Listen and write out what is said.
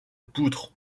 poutres